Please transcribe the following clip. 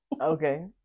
Okay